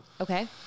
okay